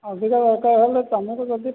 ଅଧିକ ଦରକାର ହେଲେ ତୁମକୁ ଯଦି